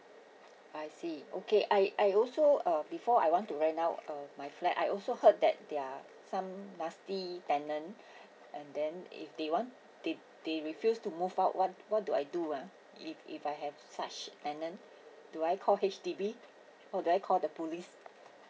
I see okay I I also uh before I want to rent out uh my flat I also heard that they are some nasty tenant and then if they want they they refuse to move out what what do I do ah if if I have such tenant do I call H_D_B or do I call the police